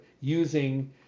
using